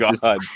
god